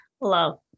love